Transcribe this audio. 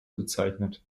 bezeichnet